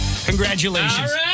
Congratulations